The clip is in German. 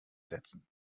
setzen